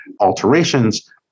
alterations